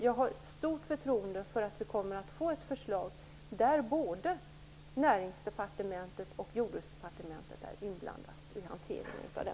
Jag har stort förtroende för att vi får ett förslag i frågan där både Näringsdepartementet och Jordbruksdepartementet är inblandade.